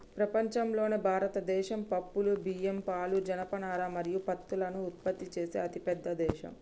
ప్రపంచంలోనే భారతదేశం పప్పులు, బియ్యం, పాలు, జనపనార మరియు పత్తులను ఉత్పత్తి చేసే అతిపెద్ద దేశం